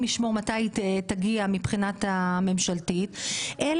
ישמור מתי היא תגיע מבחינת הממשלתית אלא